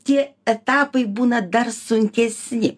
tie etapai būna dar sunkesni